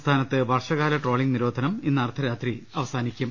സംസ്ഥാനത്ത് വർഷകാല ട്രോളിങ് നിരോധനം ഇന്ന് അർധരാത്രി അവസാനിക്കും